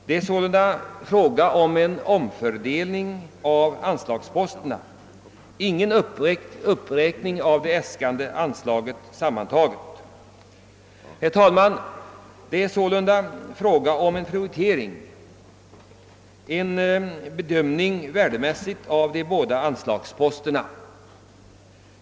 Det är sålunda här fråga om en omfördelning mellan anslagsposterna, ingen uppräkning av det äskade totala anslaget. Det gäller prioritering och en värdemässig bedömning av de båda anslagen.